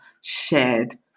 shared